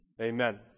Amen